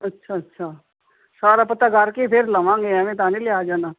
ਅੱਛਾ ਅੱਛਾ ਸਾਰਾ ਪਤਾ ਕਰ ਕੇ ਫਿਰ ਲਵਾਂਗੇ ਐਵੇਂ ਤਾਂ ਨਹੀਂ ਲਿਆ ਜਾਣਾ